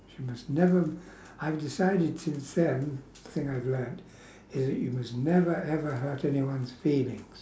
you must never I've decided since then the thing I have learnt is that you must never ever hurt anyone's feelings